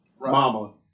mama